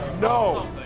No